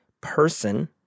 person